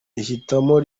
ihitamo